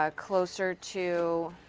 ah closer to